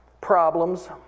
problems